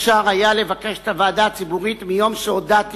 אפשר היה לבקש את הוועדה הציבורית מיום שהודעתי,